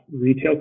retail